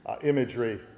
imagery